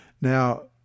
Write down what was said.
Now